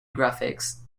graphics